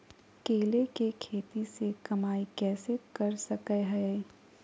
केले के खेती से कमाई कैसे कर सकय हयय?